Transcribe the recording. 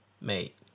mate